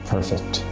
Perfect